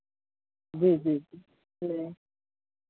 जी जी जी